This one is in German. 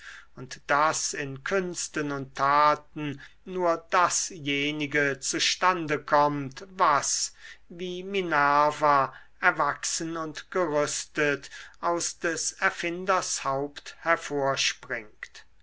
und daß in künsten und taten nur dasjenige zustande kommt was wie minerva erwachsen und gerüstet aus des erfinders haupt